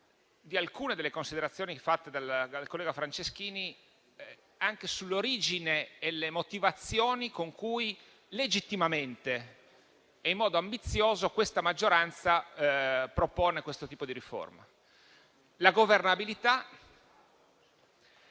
di alcune delle considerazioni fatte dal collega Franceschini sull'origine e sulle motivazioni con cui, legittimamente e in modo ambizioso, questa maggioranza propone questo tipo di riforma: la governabilità,